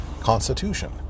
Constitution